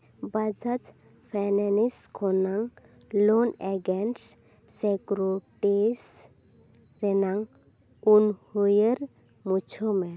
Bajaj finance ᱠᱷᱚᱱᱟᱝ loan against securities ᱨᱮᱱᱟᱜ ᱩᱱᱦᱟᱹᱭᱟᱹᱨ ᱢᱩᱪᱷᱟᱹᱣ ᱢᱮ